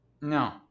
no